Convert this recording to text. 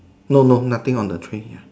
no no nothing on the tree